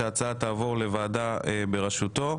שההצעה תעבור לוועדה בראשותו.